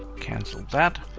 cancel that.